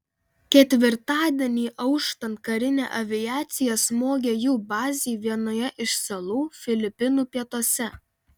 ketvirtadienį auštant karinė aviacija smogė jų bazei vienoje iš salų filipinų pietuose